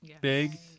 big